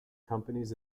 companies